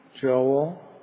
Joel